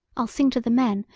i'll sing to the men,